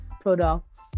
products